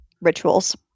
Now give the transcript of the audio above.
rituals